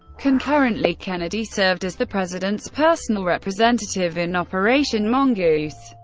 concurrently, kennedy served as the president's personal representative in operation mongoose,